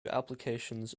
applications